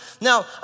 Now